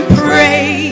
pray